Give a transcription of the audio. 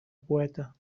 poeta